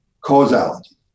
causality